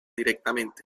directamente